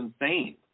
insane